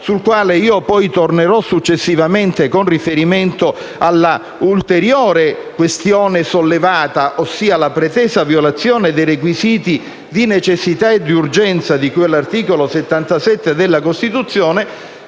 sul quale tornerò successivamente, con riferimento all'ulteriore questione sollevata, ossia la pretesa violazione dei requisiti di necessità e d'urgenza, di cui all'articolo 77 della Costituzione